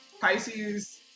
Pisces